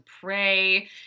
pray